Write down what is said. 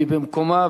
והיא במקומה,